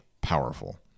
powerful